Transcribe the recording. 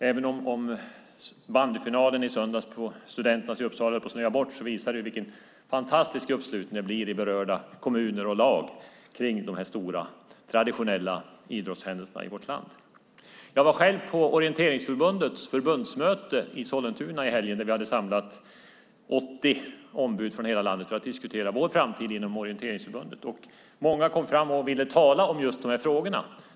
Även om bandyfinalen i söndags på Studenternas i Uppsala höll på att snöa bort visar den vilken fantastisk uppslutning det blir i berörda kommuner och lag kring de stora traditionella idrottshändelserna i vårt land. Jag var på Orienteringsförbundets förbundsmöte i Sollentuna i helgen där vi hade samlat 80 ombud från hela landet för att diskutera vår framtid inom Orienteringsförbundet. Många kom fram och ville tala om just de här frågorna.